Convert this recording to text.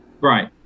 Right